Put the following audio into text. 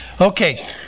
Okay